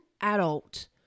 adult